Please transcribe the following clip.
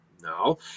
No